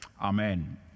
Amen